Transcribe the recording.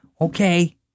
Okay